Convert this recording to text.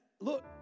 Look